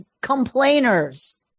complainers